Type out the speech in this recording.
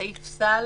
זה סעיף סל